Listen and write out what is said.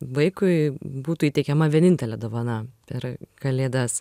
vaikui būtų įteikiama vienintelė dovana per kalėdas